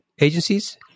agencies